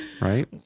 right